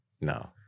No